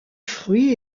fruit